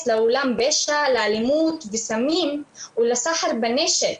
לעולם הפשע ולאלימות ולסמים ולסחר בנשק